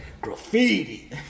Graffiti